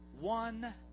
one